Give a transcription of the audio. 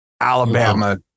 Alabama